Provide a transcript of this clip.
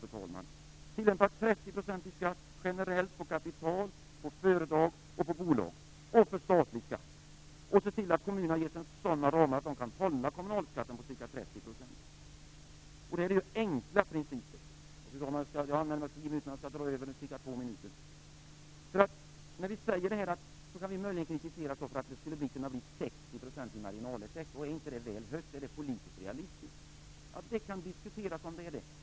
Tillämpa generellt 30 % i skatt på kapital, företag, bolag och för statlig skatt. Se till att kommunerna ges sådana ramar att de kan hålla kommunalskatten på ca 30 %. Det är enkla principer. Fru talman! Jag har använt mig av mina 10 minuter anmäld taletid, och jag kommer att dra över den med ca 2 minuter. Vi kan möjligen kritiseras för att det skulle kunna bli 60 % i marginaleffekt. Man skulle kunna fråga sig om inte det är väl högt och om det är politiskt realistiskt. Det kan diskuteras om det är det.